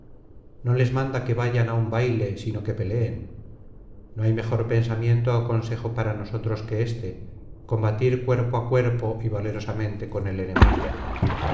no les manda que vayan á un baile sino que peleen no hay mejor pensamiento ó consejo para nosotros que éste combatir cuerpo á cuerpo y valerosamente con el enemigo